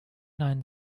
nein